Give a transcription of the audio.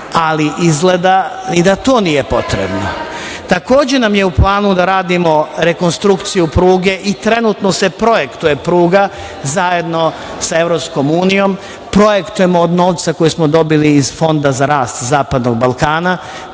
ali izgleda da ni to nije potrebno. Takođe, nam je u planu da radimo rekonstrukciju pruge i trenutno se projektuje pruga zajedno sa EU, projektujemo od novca koji smo dobili iz Fonda za rast Zapadnog Balkana,